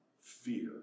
fear